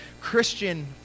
Christian